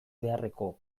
beharreko